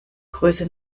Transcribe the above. größe